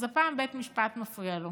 אז הפעם בית משפט מפריע לו.